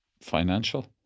financial